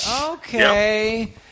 okay